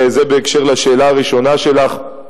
וזה בקשר לשאלה הראשונה שלך,